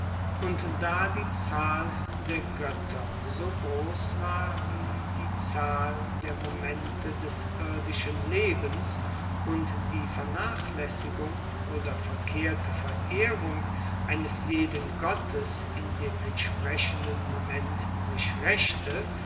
und da die zahl der goetter so gross war wie die zahl der momente des irdischen lebens und die vernachlaessigung oder verkehrte verehrung eines jeden gottes in dem entsprechenden moment sich raechte